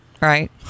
Right